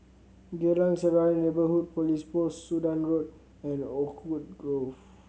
Geylang Serai Neighbourhood Police Post Sudan Road and Oakwood Grove